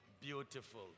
Beautiful